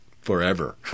forever